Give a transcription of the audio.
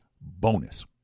bonus